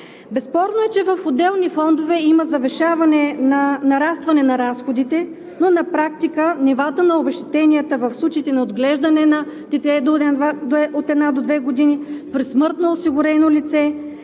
Безспорно е, че в отделни фондове има нарастване на разходите, но на практика нивата на обезщетенията в случаите на отглеждане на дете от една до две години, предсмъртно осигурено лице,